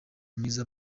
mwiza